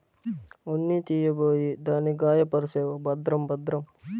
ఉన్ని తీయబోయి దాన్ని గాయపర్సేవు భద్రం భద్రం